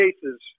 cases